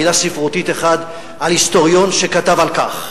מלה ספרותית אחת על היסטוריון שכתב על כך